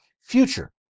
future